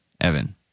evan